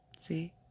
See